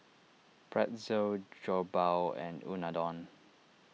Pretzel Jokbal and Unadon